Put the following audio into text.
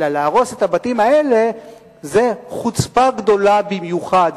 אלא להרוס את הבתים האלה זו חוצפה גדולה במיוחד,